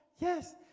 Yes